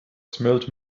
smelled